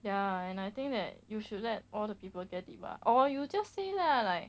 ya and I think that you should let all the people get it [what] or you just say lah like